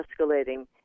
escalating